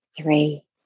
three